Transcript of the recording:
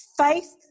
Faith